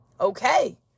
okay